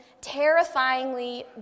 terrifyingly